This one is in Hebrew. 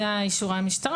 אלה אישורי המשטרה.